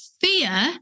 fear